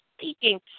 speaking